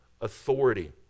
authority